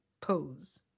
pose